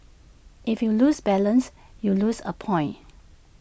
if you lose balance you lose A point